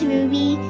Ruby